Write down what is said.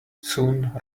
soon